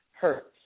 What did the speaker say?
hurts